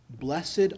blessed